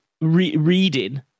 reading